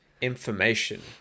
Information